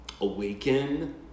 awaken